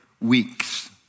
weeks